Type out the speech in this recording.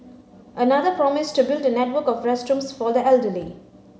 another promised to build a network of rest rooms for the elderly